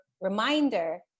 reminder